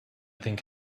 think